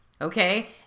Okay